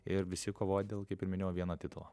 ir visi kovoja dėl kaip ir minėjau vieno titulo